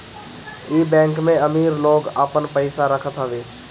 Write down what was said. इ बैंक में अमीर लोग आपन पईसा रखत हवे